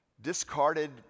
discarded